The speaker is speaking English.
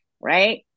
Right